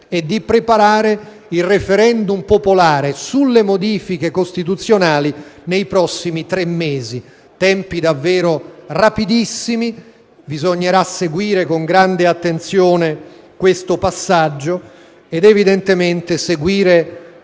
e di preparare il *referendum* popolare sulle modifiche costituzionali nei prossimi tre mesi. Tempi davvero rapidissimi. Bisognerà seguire con grande attenzione questo passaggio e questa fase di